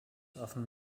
often